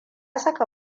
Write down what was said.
saka